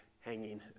hanging